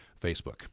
Facebook